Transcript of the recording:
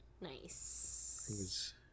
Nice